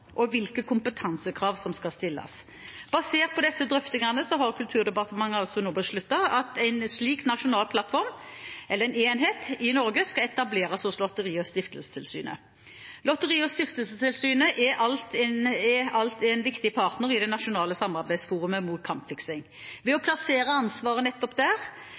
og hvilke kompetansekrav som skal stilles. Basert på disse drøftingene har Kulturdepartementet nå besluttet at en slik nasjonal plattform – eller enhet – i Norge skal etableres hos Lotteri- og stiftelsestilsynet. Lotteri- og stiftelsestilsynet er alt en viktig partner i det nasjonale samarbeidsforumet mot kampfiksing. Ved å plassere ansvaret nettopp der